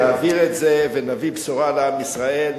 נעביר את זה ונביא בשורה לעם ישראל.